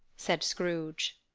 said scrooge,